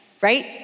Right